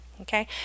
Okay